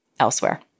elsewhere